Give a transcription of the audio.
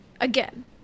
Again